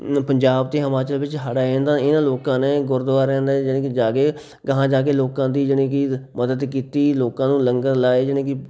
ਅ ਪੰਜਾਬ ਅਤੇ ਹਿਮਾਚਲ ਵਿੱਚ ਹੜ੍ਹ ਆਏ ਹਨ ਤਾਂ ਇਹਨਾਂ ਲੋਕਾਂ ਨੇ ਗੁਰਦੁਆਰਿਆਂ ਨੇ ਜਾਣੀ ਕਿ ਜਾ ਕੇ ਗਾਹਾਂ ਜਾ ਕੇ ਲੋਕਾਂ ਦੀ ਜਾਣੀ ਕਿ ਮਦਦ ਕੀਤੀ ਲੋਕਾਂ ਨੂੰ ਲੰਗਰ ਲਾਏ ਜਾਣੀ ਕਿ